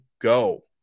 go